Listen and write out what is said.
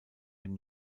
dem